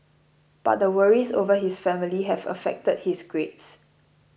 but the worries over his family have affected his grades